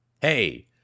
Hey